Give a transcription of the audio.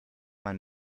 man